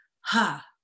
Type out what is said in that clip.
ha